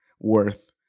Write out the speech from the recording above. worth